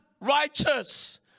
righteous